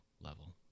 level